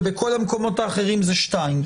ובכל המקומות האחרים זה שתיים.